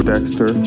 Dexter